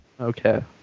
Okay